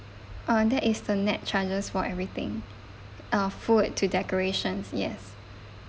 uh that is the net charges for everything uh food to decorations yes